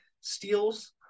steals